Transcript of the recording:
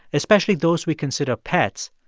especially those we consider pets,